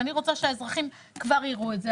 אני רוצה שהאזרחים כבר יראו את זה,